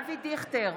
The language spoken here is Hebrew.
אבי דיכטר,